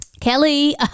kelly